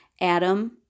adam